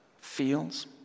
fields